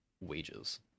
wages